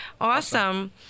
awesome